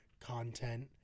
content